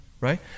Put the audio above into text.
right